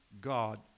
God